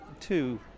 two